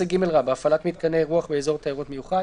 הפעלת מיתקני אירוח באזור תיירות מיוחד